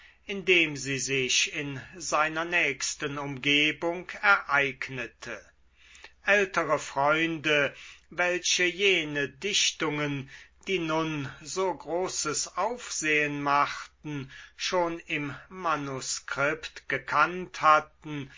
indem sie sich in seiner nächsten umgebung ereignete ältere freunde welche jene dichtungen die nun so großes aufsehen machten schon im manuskript gekannt hatten